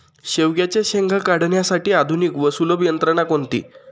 शेवग्याच्या शेंगा काढण्यासाठी आधुनिक व सुलभ यंत्रणा कोणती?